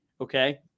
Okay